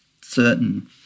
certain